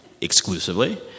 exclusively